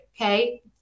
okay